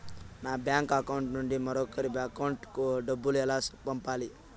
నా bank account నుండి మరొకరి అకౌంట్ కు డబ్బులు ఎలా పంపాలి